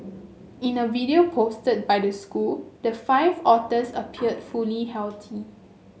in a video posted by the school the five otters appeared fully healthy